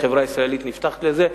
החברה הישראלית נפתחת לזה.